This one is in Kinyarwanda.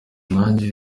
nanjye